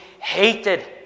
hated